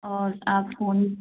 और आप फ़ोन